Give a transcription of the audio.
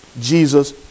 Jesus